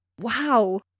Wow